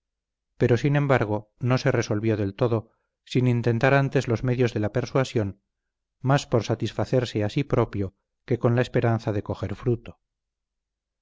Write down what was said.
pero sin embargo no se resolvió del todo sin intentar antes los medios de la persuasión más por satisfacerse a sí propio que con la esperanza de coger fruto